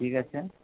ঠিক আছে